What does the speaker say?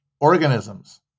organisms